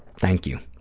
thank you.